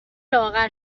لاغر